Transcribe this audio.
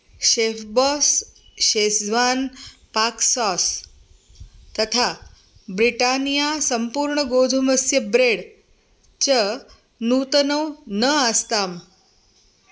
Chefboss Schezwan पाक्सास् तथा Britannia सम्पूर्णगोधूमस्य ब्रेड् च नूतनौ न आस्ताम्